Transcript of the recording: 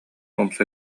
умса